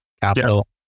capital